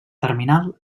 terminal